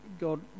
God